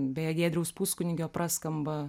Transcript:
beje giedriaus puskunigio praskamba